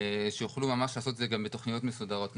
שיוכלו ממש לעשות את זה גם בתוכניות מסודרות.